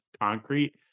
concrete